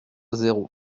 zéro